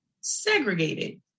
segregated